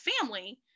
family